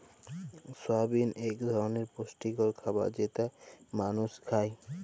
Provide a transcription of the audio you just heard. সয়াবিল এক ধরলের পুষ্টিকর খাবার যেটা মালুস খায়